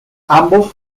ambos